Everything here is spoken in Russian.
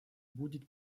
будет